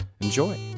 Enjoy